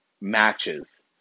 matches